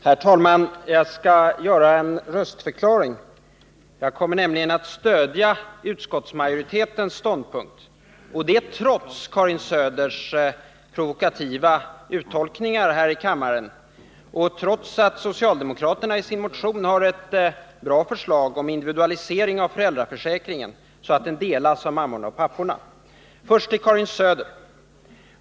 Herr talman! Jag skall avge en röstförklaring. Jag kommer nämligen att biträda utskottsmajoritetens ståndpunkt — detta trots Karin Söders provokativa uttolkningar här i kammaren och trots att socialdemokraterna i sin motion har ett bra förslag om individualisering av föräldraförsäkringen så att den delas av mammorna och papporna. Först till Karin Söder.